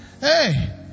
Hey